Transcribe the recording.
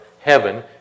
heaven